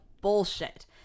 bullshit